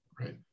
right